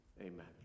Amen